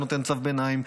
שנותן צו ביניים,